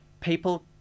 people